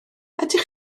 ydych